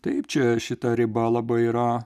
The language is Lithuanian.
taip čia šita riba labai yra